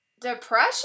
depression